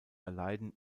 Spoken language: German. erleiden